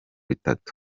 bitatu